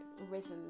rhythm